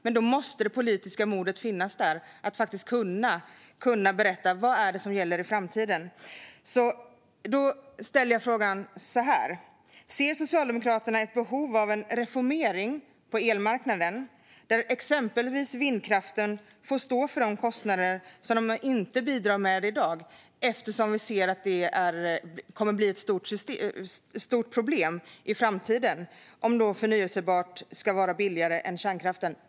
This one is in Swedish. Men då måste det politiska modet finnas att berätta vad som gäller i framtiden. Då ställer jag frågan: Ser Socialdemokraterna ett behov av en reformering på elmarknaden där exempelvis vindkraften får stå för de kostnader som den inte står för i dag? Vi ser nämligen att det kommer att bli ett stort problem i framtiden om förnybart ska vara billigare än kärnkraften.